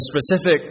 specific